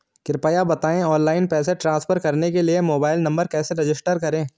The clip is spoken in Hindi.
कृपया बताएं ऑनलाइन पैसे ट्रांसफर करने के लिए मोबाइल नंबर कैसे रजिस्टर करें?